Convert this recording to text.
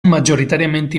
majoritàriament